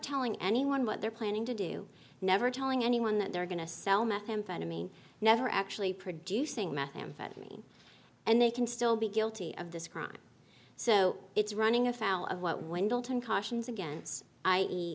telling anyone what they're planning to do never telling anyone that they're going to sell methamphetamine never actually producing methamphetamine and they can still be guilty of this crime so it's running afoul of what wendell tim cautions against i eat